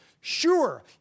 Sure